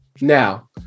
Now